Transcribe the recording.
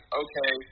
okay